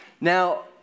Now